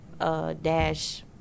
dash